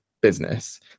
business